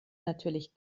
natürlich